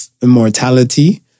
immortality